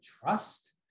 trust